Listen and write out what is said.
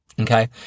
okay